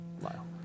Lyle